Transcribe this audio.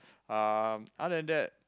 um other than that